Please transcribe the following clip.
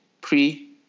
pre